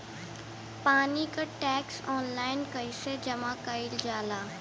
पानी क tax online कईसे जमा कईल जाला?